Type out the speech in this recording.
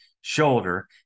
shoulder